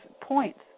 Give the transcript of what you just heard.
points